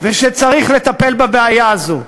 ושצריך לטפל בבעיה הזו.